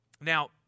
Now